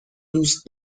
دوست